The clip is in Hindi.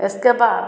इसके बाद